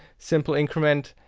simple increment.